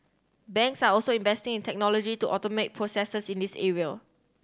banks are also investing in technology to automate processes in this area